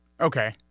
Okay